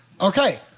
Okay